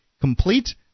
complete